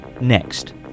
next